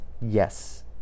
yes